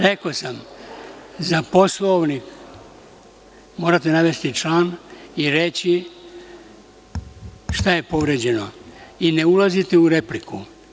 Rekao sam, za Poslovnik morate navesti član i reći šta je povređeno i ne ulazite u repliku.